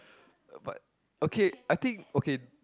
uh but okay I think okay